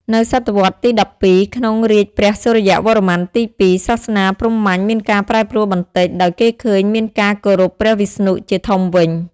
នៅ ស.វ ទី ១២ ក្នុងរាជ្យព្រះសូរ្យវរ្ម័នទី ២ សាសនាព្រាហ្មណ៏មានការប្រែប្រួលបន្តិច ដោយគេឃើញមានការគោរពព្រះវិស្ណុះជាធំវិញ។